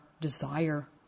desire